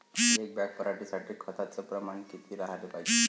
एक बॅग पराटी साठी खताचं प्रमान किती राहाले पायजे?